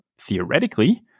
theoretically